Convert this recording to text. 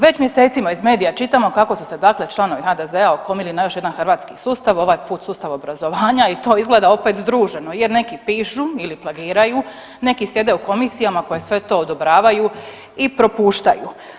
Već mjesecima iz medija čitamo kako su se dakle članovi HDZ-a okomili na još jedan hrvatski sustav, ovaj put sustav obrazovanja i to izgleda opet združeno jer neki pišu ili plagiraju, neki sjede u komisijama koji sve to odobravaju i propuštaju.